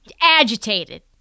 Agitated